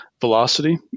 velocity